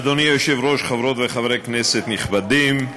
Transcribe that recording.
אדוני היושב-ראש, חברות וחברי כנסת נכבדים,